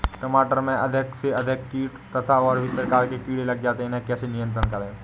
टमाटर में अधिक से अधिक कीट तथा और भी प्रकार के कीड़े लग जाते हैं इन्हें कैसे नियंत्रण करें?